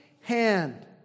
hand